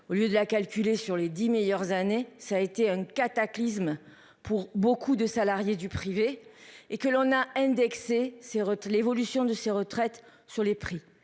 Au lieu de la calculée sur les 10 meilleures années, ça a été un cataclysme pour beaucoup de salariés du privé et que l'on a indexé ses l'évolution de ces retraites sur les prix,